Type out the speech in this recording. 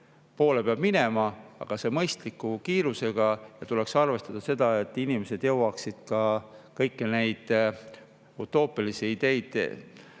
poole peab minema, aga seda [tuleb teha] mõistliku kiirusega. Ja tuleks arvestada seda, et inimesed jõuaksid ka kõiki neid utoopilisi ideid